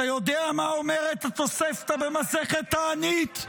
אתה יודע מה אומרת התוספתא במסכת תענית?